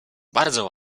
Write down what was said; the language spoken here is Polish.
bardzo